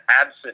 absent